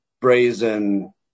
brazen